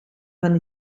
van